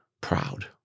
proud